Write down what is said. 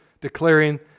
declaring